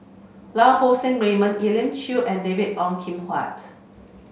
Lau Poo Seng Raymond Elim Chew and David Ong Kim Huat